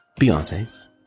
Beyonce